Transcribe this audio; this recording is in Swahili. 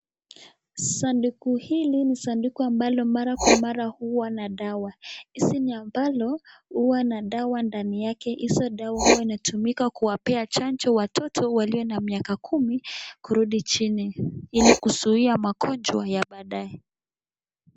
Sanduku hili ni sanduku ambalo mara kwa mara huwa na dawa hizi ni ambalo huwa na dawa ndani yake hizo dawa huwa inatumika kuwapea chanjo watoto walio na miaka kumi kurudi chini ili kuzuia magonjwa ya baadaye.